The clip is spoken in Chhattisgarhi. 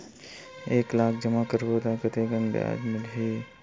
एक लाख जमा करबो त कतेकन ब्याज मिलही?